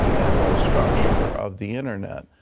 and the structure of the internet.